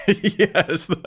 yes